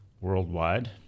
worldwide